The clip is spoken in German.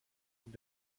und